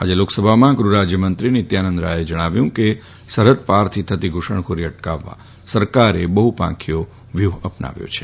આજે લોકસભામાં ગૃહરાજયમંત્રી નિત્યાનંદ રાયે જણાવ્યું કે સરફદ પારથી થતી ધુસણખોરી અટકાવવા સરકારે બફપાંખીયો વ્યૂહ અપનાવ્યો છે